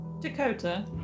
Dakota